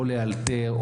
לאלתר,